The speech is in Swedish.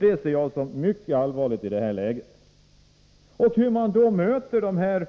Det ser jag som mycket allvarligt i det här läget, likaså hur man möter de